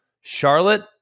Charlotte